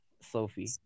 Sophie